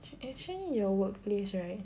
actually your workplace right